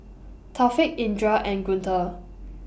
Taufik Indra and Guntur